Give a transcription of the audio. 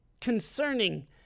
concerning